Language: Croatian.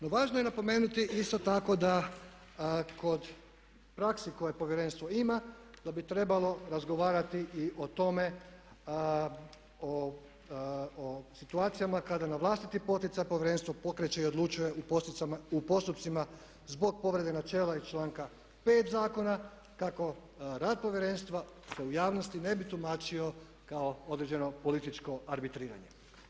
No važno je napomenuti isto tako da kod prakse koje povjerenstvo ima da bi trebalo razgovarati i o tome o situacijama kada na vlastiti poticaj povjerenstvo pokreće i odlučuje u postotcima zbog povrede načela iz članka 5. zakona kako rad povjerenstva se u javnosti ne bi tumačio kao određeno političko arbitriranje.